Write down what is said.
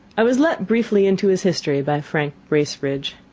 i was let briefly into his history by frank bracebridge.